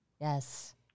Yes